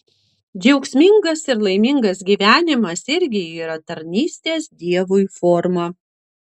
džiaugsmingas ir laimingas gyvenimas irgi yra tarnystės dievui forma